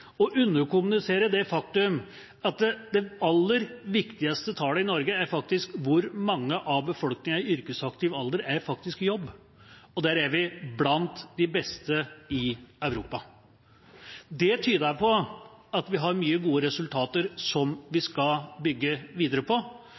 å underkommunisere det faktum at det aller viktigste tallet i Norge er faktisk hvor stor del av befolkningen i yrkesaktiv alder som er i jobb, og der er vi blant de beste i Europa. Det tyder på at vi har mange gode resultater som vi skal bygge videre på.